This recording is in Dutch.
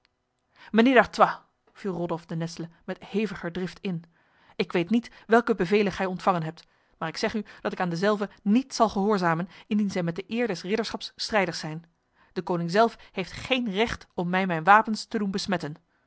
viel rodolf de nesle met heviger drift in ik weet niet welke bevelen gij ontvangen hebt maar ik zeg u dat ik aan dezelve niet zal gehoorzamen indien zij met de eer des ridderschaps strijdig zijn de koning zelf heeft geen recht om mij mijn wapens te doen besmetten